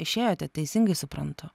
išėjote teisingai suprantu